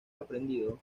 aprendido